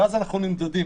ושם אנחנו נמדדים,